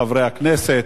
חברי חברי הכנסת,